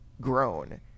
grown